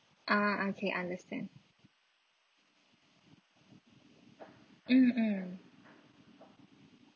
ah okay understand mm mm